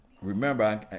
Remember